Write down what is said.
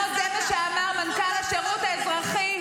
זה מה שאמר מנכ"ל השירות האזרחי.